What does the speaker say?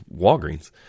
Walgreens